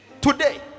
today